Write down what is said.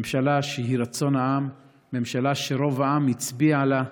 ממשלה שהיא רצון העם, ממשלה שרוב העם הצביע לה,